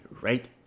right